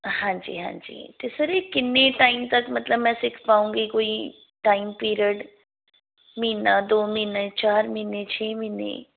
ਹਾਂਜੀ ਹਾਂਜੀ ਅਤੇ ਸਰ ਇਹ ਕਿੰਨੇ ਟਾਈਮ ਤੱਕ ਮਤਲਬ ਮੈਂ ਸਿੱਖ ਪਾਊਂਗੀ ਕੋਈ ਟਾਈਮ ਪੀਰਡ ਮਹੀਨਾ ਦੋ ਮਹੀਨੇ ਚਾਰ ਮਹੀਨੇ ਛੇੇ ਮਹੀਨੇ